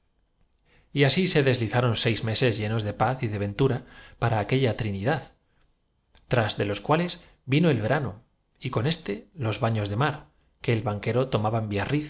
así se deslizaron seis meses llenos de paz y de pasaba de ser una criada suya quería entrañable mente ventura para aquella trinidad tras de los cuales vino la viudez que lloraba nuestro sabio sus aficiones el verano y con este los baños de mar que el banque ro tomaba en